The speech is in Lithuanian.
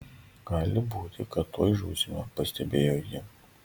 gali būti kad tuoj žūsime pastebėjo ji